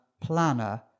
planner